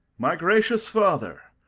my gracious father,